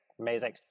amazing